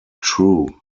true